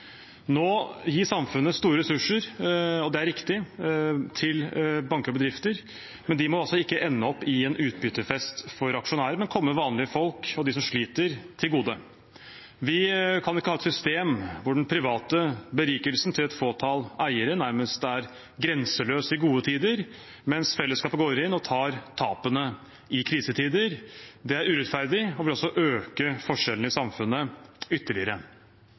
Nå gir samfunnet store ressurser – og det er riktig – til banker og bedrifter. Det må ikke ende opp i en utbyttefest for aksjonærene, men komme vanlige folk og dem som sliter, til gode. Vi kan ikke ha et system hvor den private berikelsen til et fåtall eiere nærmest er grenseløs i gode tider, mens fellesskapet går inn og tar tapene i krisetider. Det er urettferdig og vil også øke forskjellene i samfunnet ytterligere.